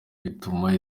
bituma